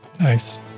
Nice